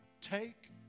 Take